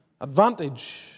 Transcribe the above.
advantage